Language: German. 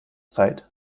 zeit